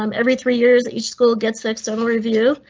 um every three years. each school gets external review.